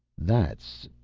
that's.